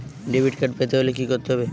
Debit card পেতে হলে কি করতে হবে?